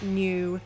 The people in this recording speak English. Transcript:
new